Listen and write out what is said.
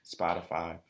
spotify